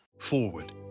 Forward